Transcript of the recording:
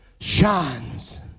shines